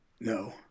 No